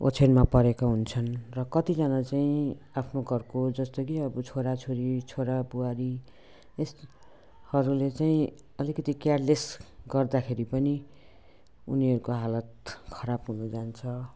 ओछ्यानमा परेका हुन्छन् र कतिजना चाहिँ आफ्नो घरको जस्तै कि अब छोराछोरी छोराबुहारी यसहरूले चाहिँ अलिकति केयरलेस गर्दाखेरि पनि उनीहरूको हालत खराब हुनजान्छ